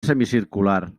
semicircular